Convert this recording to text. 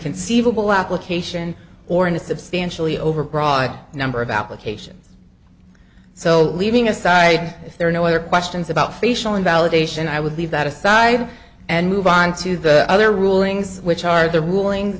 conceivable application or in a substantially overbroad number of applications so leaving aside if there are no other questions about facial invalidation i would leave that aside and move on to the other rulings which are the ruling